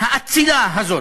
האצילה הזאת.